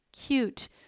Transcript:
cute